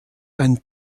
ein